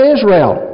Israel